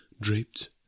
draped